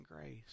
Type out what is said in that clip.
Grace